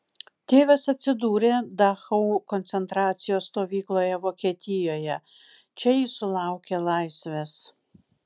tėvas atsidūrė dachau koncentracijos stovykloje vokietijoje čia jis sulaukė laisvės